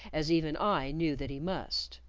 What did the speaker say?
as even i knew that he must.